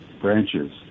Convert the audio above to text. branches